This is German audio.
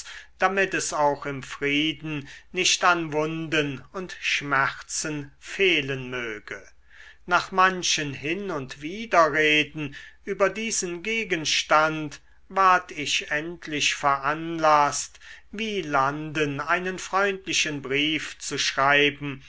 damit es auch im frieden nicht an wunden und schmerzen fehlen möge nach manchen hin und widerreden über diesen gegenstand ward ich endlich veranlaßt wielanden einen freundlichen brief zu schreiben